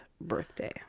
birthday